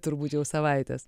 turbūt jau savaites